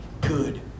good